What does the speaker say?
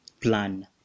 plan